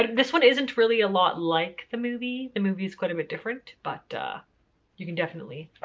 this one isn't really a lot like the movie the movie is quite a bit different, but you can definitely,